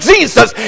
Jesus